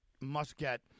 must-get